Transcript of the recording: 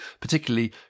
particularly